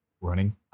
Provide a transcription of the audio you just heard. running